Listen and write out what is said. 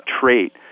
trait